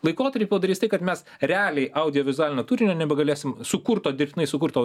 laikotary padarys tai kad mes realiai audiovizualinio turinio nebegalėsim sukurto dirbtinai sukurto